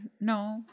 no